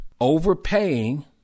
overpaying